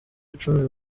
icumu